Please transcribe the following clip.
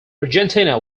argentina